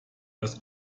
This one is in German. das